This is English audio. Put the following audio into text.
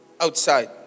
outside